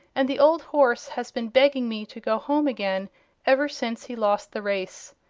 and the old horse has been begging me to go home again ever since he lost the race.